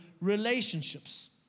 relationships